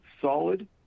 solid